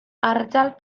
ardal